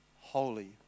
holy